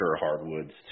hardwoods